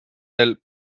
eel